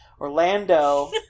Orlando